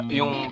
yung